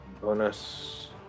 bonus